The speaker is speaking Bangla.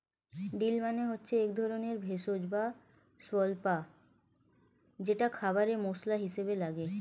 ডিল মানে হচ্ছে একধরনের ভেষজ বা স্বল্পা যেটা খাবারে মসলা হিসেবে লাগে